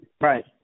Right